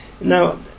Now